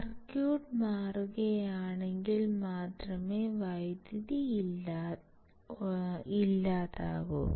circuit മാറുകയാണെങ്കിൽ മാത്രമേ വൈദ്യുതി ഇല്ലാതാകൂ